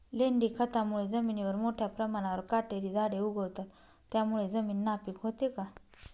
लेंडी खतामुळे जमिनीवर मोठ्या प्रमाणावर काटेरी झाडे उगवतात, त्यामुळे जमीन नापीक होते का?